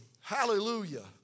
hallelujah